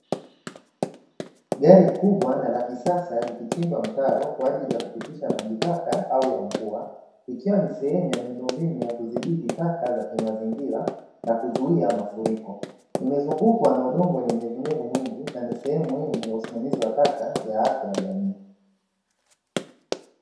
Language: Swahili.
Gari kubwa na la kisasa likichimba mtaro kwa ajili ya kupitisha maji taka au ya mvua ikiwa ni sehemu ya miundombinu ya kudhibiti taka za kimazingira na kuzuia mafuriko nimezungukwa na udongo wenye unyevunyevu mwingi na ni sehemu muhimu ya usimamizi wa taka ya afya ya jamii.